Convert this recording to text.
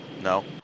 No